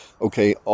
Okay